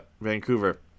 Vancouver